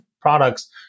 products